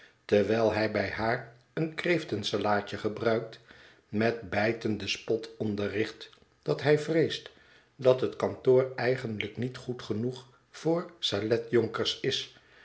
terwijl hij bij haar een kreeftenslaadje gebruikt met bijtenden spot onderricht dat hij vreest dat het kantoor eigenlijk niet goed genoeg voor saletjonkers is